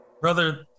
Brother